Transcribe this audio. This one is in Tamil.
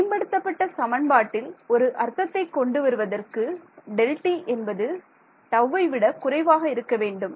மேம்படுத்தப்பட்ட சமன்பாட்டில் ஒரு அர்த்தத்தை கொண்டுவருவதற்கு Δt என்பது டவ்வை விட குறைவாக இருக்க வேண்டும்